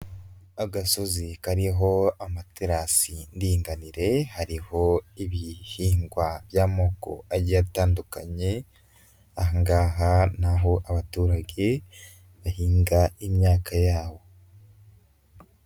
Agasozi kariho amaterasi ndinganire, hariho ibihingwa by'amoko agiye atandukanye, aha ngaha ni aho abaturage bahinga imyaka yabo.